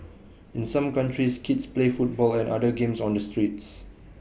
in some countries kids play football and other games on the streets